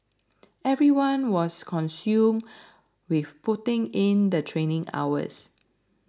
everyone was consumed with putting in the training hours